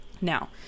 Now